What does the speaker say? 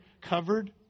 covered